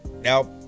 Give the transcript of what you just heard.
now